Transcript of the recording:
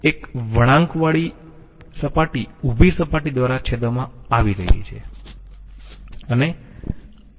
એક વળાંકવાળી સપાટી ઉભી સપાટી દ્વારા છેદવામાં આવી રહી છે